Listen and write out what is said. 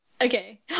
Okay